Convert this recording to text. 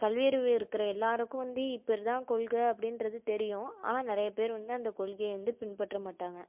கல்வியறிவு இருக்கிற எல்லாருக்கும் வந்து இப்படிதான் கொள்கை அப்படின்றது தெரியும் ஆனால் நிறையப்பேர் வந்து அந்த கொள்கையை வந்து பின்பற்றமாட்டாங்க